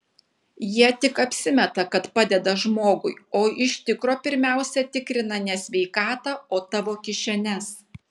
jie tik apsimeta kad padeda žmogui o iš tikro pirmiausia tikrina ne sveikatą o tavo kišenes